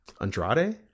Andrade